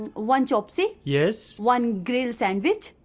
one chop suey. yes. one grilled sandwich.